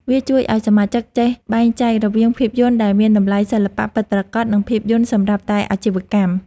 វាជួយឱ្យសមាជិកចេះបែងចែករវាងភាពយន្តដែលមានតម្លៃសិល្បៈពិតប្រាកដ និងភាពយន្តសម្រាប់តែអាជីវកម្ម។